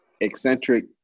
eccentric